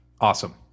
awesome